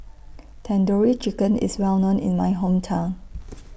Tandoori Chicken IS Well known in My Hometown